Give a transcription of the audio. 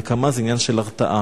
נקמה זה עניין של הרתעה.